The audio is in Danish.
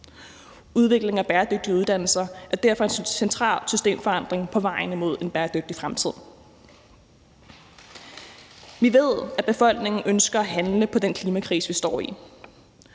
Udviklingen af bæredygtige uddannelser er derfor en central systemforandring på vejen mod en bæredygtig fremtid. Vi ved, at befolkningen ønsker at handle på den klimakrise, vi står i,